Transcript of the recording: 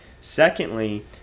secondly